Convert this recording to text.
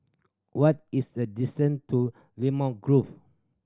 what is the distance to Limau Grove